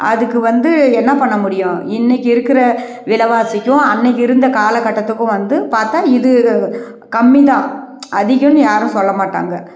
அதுக்கு வந்து என்ன பண்ண முடியும் இன்றைக்கி இருக்கிற விலைவாசிக்கும் அன்றைக்கி இருந்த காலக்கட்டத்துக்கும் வந்து பார்த்தா இது கம்மிதான் அதிகம்னு யாரும் சொல்ல மாட்டாங்க